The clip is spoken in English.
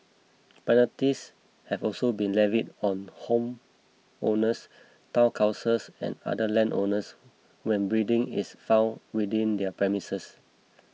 penalties have also been levied on homeowners Town Councils and other landowners when breeding is found within their premises